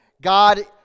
God